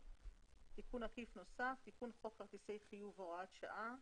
9.תיקון חוק כרטיסי חיוב הוראת שעה